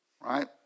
right